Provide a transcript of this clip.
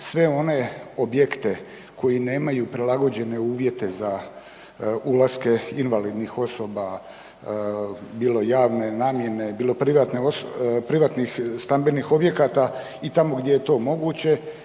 sve one objekte koji nemaju prilagođene uvjete za ulaske invalidnih osoba bilo javne namjene bilo privatnih stambenih objekata i tamo gdje je to moguće